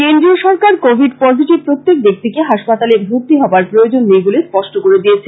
কেন্দ্রীয় সরকার Covid positive প্রত্যেক ব্যাক্তিকে হাসপাতালে ভর্তি হবার প্রয়োজন নেই বলে স্পষ্ট করে দিয়েছে